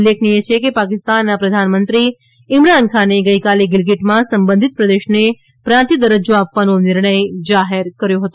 ઉલ્લેખનિય છે કે પાકિસ્તાનના પ્રધાનમંત્રી ઈમરાન ખાને ગઈકાલે ગિલગિટમાં સંબંધીત પ્રદેશને પ્રાંતિય દરજ્જો આપવાનો નિર્ણય જાહેર કર્યો હતો